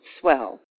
swell